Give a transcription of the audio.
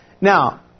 Now